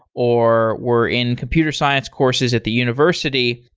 or we're in computer science courses at the university.